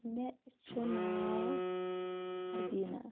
مےٚ چھُ ناو اربیٖنا